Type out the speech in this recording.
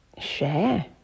share